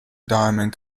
diamond